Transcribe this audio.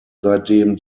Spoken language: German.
seitdem